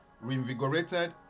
reinvigorated